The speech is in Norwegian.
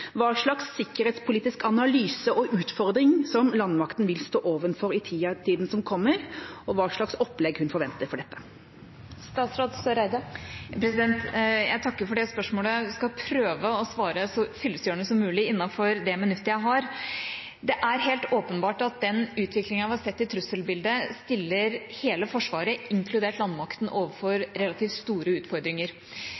hva slags sikkerhetspolitisk analyse og utfordring som landmakten vil stå overfor i tida som kommer, og hva slags opplegg hun forventer for dette? Jeg takker for spørsmålet og skal prøve å svare så fyllestgjørende som mulig innenfor det minuttet jeg har. Det er helt åpenbart at den utviklinga vi har sett i trusselbildet, stiller hele Forsvaret, inkludert landmakten, overfor